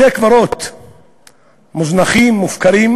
בתי-הקברות מוזנחים, מופקרים,